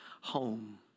home